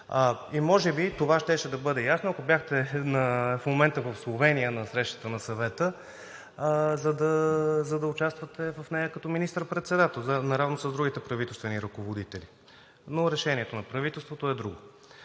И може би това щеше да бъде ясно, ако бяхте в момента в Словения на срещата на Съвета, за да участвате в нея като министър-председател наравно с другите правителствени ръководители, но решението на правителството е друго.